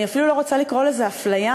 אני אפילו לא רוצה לקרוא לזה אפליה,